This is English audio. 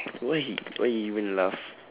why he why he are you going to laugh